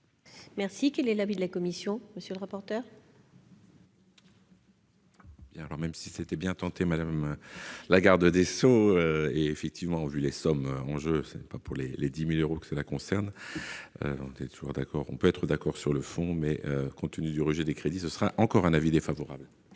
Merci, quel est l'avis de la commission, monsieur le rapporteur. Alors, même si c'était bien tenté, madame la garde des Sceaux et effectivement, vu les sommes en jeu, ce n'est pas pour les les 10000 euros, que cela concerne, on était toujours d'accord, on peut être d'accord sur le fond, mais compte tenu du rejet des crédits, ce sera encore un avis défavorable.